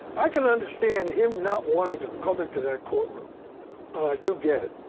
i can understand him not wanting to come into that courtroom, and i do get it,